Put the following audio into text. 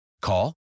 Call